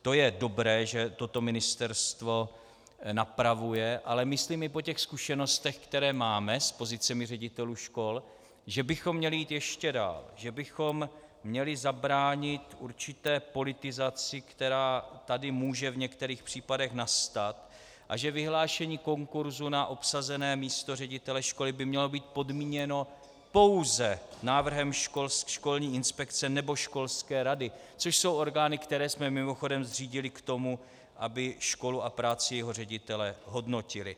To je dobré, že toto ministerstvo napravuje, ale myslím i po těch zkušenostech, které máme s pozicemi ředitelů škol, že bychom měli jít ještě dál, že bychom měli ještě zabránit určité politizaci, která tady může v některých případech nastat, a že vyhlášení konkurzu na obsazené místo ředitele školy by mělo být podmíněno pouze návrhem školní inspekce nebo školské rady, což jsou orgány, které jsme mimochodem zřídili k tomu, aby školu a práci ředitele hodnotily.